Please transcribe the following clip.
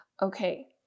Okay